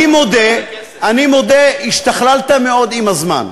אני מודה, אני מודה, השתכללת מאוד עם הזמן.